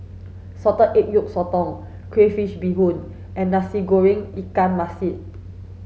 salted egg yolk Sotong crayfish Beehoon and Nasi Goreng Ikan Masin